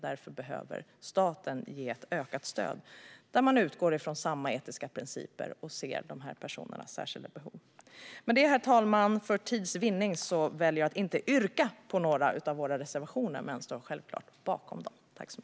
Därför behöver staten ge ökat stöd med utgångspunkt i samma etiska principer för dessa personers särskilda behov. För tids vinnande väljer jag att inte yrka bifall till någon av våra reservationer, men jag står självklart bakom dem.